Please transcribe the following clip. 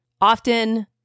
Often